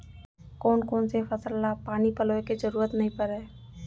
कोन कोन से फसल ला पानी पलोय के जरूरत नई परय?